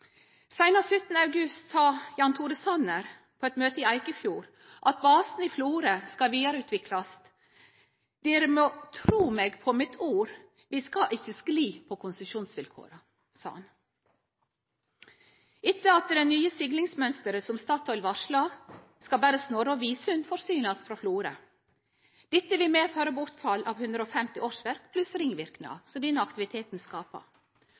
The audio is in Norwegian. den 17. august i fjor sa Jan Tore Sanner på eit møte i Eikefjord: «Basen i Florø skal videreutvikles. Dere må tro meg på mitt ord, vi skal ikke skli på konsesjonsvilkårene.» Etter det nye seglingsmønsteret som Statoil varslar, skal berre Snorre og Visund forsynast frå Florø. Dette vil medføre bortfall av 150 årsverk, pluss dei ringverknadane som denne aktiviteten skaper.